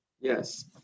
Yes